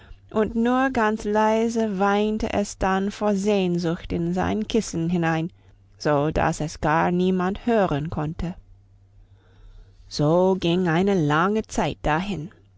und nur ganz leise weinte es dann vor sehnsucht in sein kissen hinein so dass es gar niemand hören konnte so ging eine lange zeit dahin